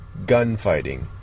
gunfighting